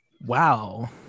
wow